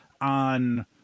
on